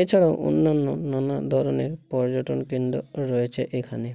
এছাড়াও অন্যান্য নানা ধরনের পর্যটন কেন্দ্র রয়েছে এখানে